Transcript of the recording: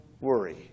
worry